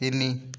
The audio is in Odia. ତିନି